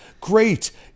Great